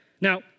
Now